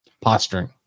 posturing